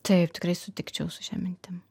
taip tikrai sutikčiau su šia mintim